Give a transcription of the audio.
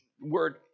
word